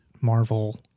Marvel